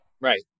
Right